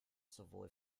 sowohl